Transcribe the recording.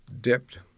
dipped